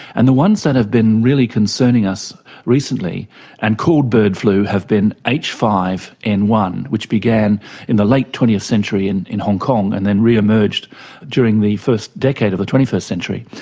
and the ones that have been really concerning us recently and called bird flu have been h five n one which began in the late twentieth century in in hong kong and then re-emerged during the first decade of the twenty first century.